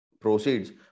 proceeds